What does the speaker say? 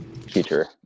future